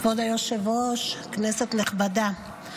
כבוד היושב-ראש, כנסת נכבדה,